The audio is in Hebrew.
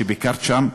שביקרת שם,